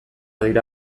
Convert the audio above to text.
dira